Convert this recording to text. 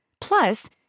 Plus